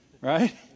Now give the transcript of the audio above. Right